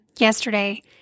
yesterday